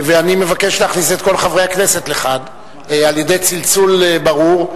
ואני מבקש להכניס את כל חברי הכנסת לכאן על-ידי צלצול ברור,